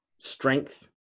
strength